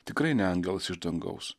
tikrai ne angelas iš dangaus